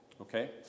okay